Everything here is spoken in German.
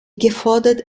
gefordert